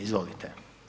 Izvolite.